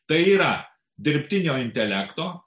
tai yra dirbtinio intelekto